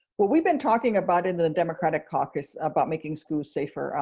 well, we've been talking about in the democratic caucus about making schools safer.